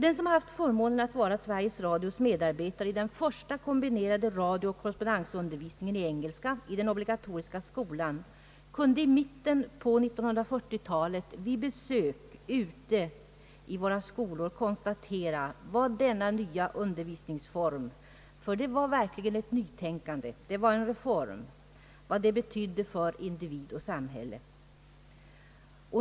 Den som haft förmånen att vara Sveriges Radios medarbetare i den första kombinerade radiooch korrespondensundervisningen i engelska i den obligatoriska skolan kunde i mitten på 1940 talet vid besök i våra skolor konstatera vad denna nya undervisningsform — det var verkligen ett nytänkande, en reform — betydde för individ och samhälle.